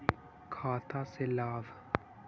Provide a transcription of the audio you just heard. खाता से लाभ?